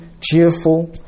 cheerful